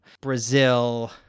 Brazil